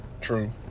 true